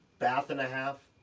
bath and a half,